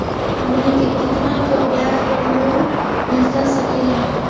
हमनी के कितना का ब्याज पर लोन मिलता सकेला?